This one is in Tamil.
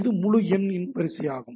இது முழு எண் இன் வரிசையாகும்